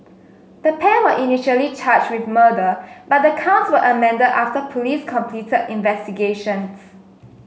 the pair were initially charged with murder but the counts were amended after police completed investigations